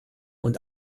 und